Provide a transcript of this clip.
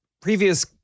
previous